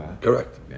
Correct